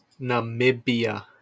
Namibia